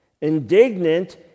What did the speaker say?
Indignant